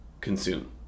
consume